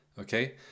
Okay